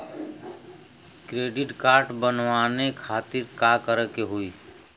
Credit card बनवावे खातिर का करे के होई?